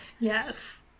Yes